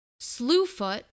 Slewfoot